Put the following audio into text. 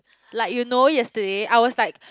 like you know yesterday I was like